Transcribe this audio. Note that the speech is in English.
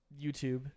YouTube